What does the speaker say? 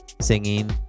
singing